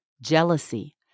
jealousy